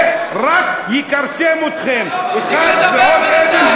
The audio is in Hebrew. זה רק יכרסם אתכם, אתה לא מפסיק לדבר בינתיים.